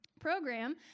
program